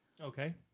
okay